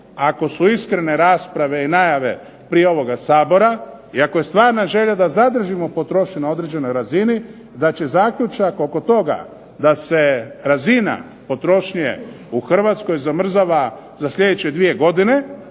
ako su iskrene rasprave i najave prije ovoga Sabora, i ako je stvarna želja da zadržimo potrošnju na određenoj razini da će zaključak oko toga da se razina potrošnje u Hrvatskoj zamrzava za sljedeće dvije godine,